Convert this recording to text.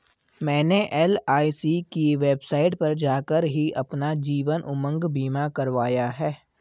मैंने एल.आई.सी की वेबसाइट पर जाकर ही अपना जीवन उमंग बीमा करवाया है